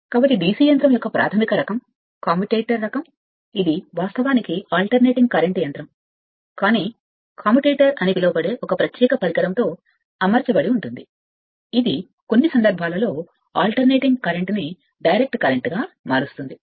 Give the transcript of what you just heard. కాబట్టి డీసీ యంత్రం యొక్క ప్రాథమిక రకం కమ్యుటేటర్ రకం ఇది వాస్తవానికి ప్రత్యామ్నాయ కరెంట్ యంత్రం కానీ కమ్యుటేటర్ అని పిలువబడే ఒక ప్రత్యేక పరికరంతో అమర్చబడి ఉంటుంది ఇది కొన్ని పరిస్థితులలో ప్రత్యామ్నాయ కరెంట్ ని డైరెక్ట్ కరెంట్గా మారుస్తుంది